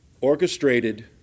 orchestrated